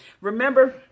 Remember